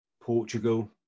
Portugal